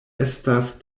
estas